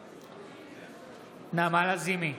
בעד נעמה לזימי,